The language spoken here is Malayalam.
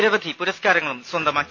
നിരവധി പുരസ്കാരങ്ങളും സ്വന്തമാക്കി